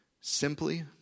simply